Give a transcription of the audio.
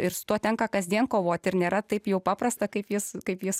ir su tuo tenka kasdien kovoti ir nėra taip jau paprasta kaip jis kaip jis